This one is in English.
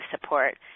support